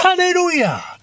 Hallelujah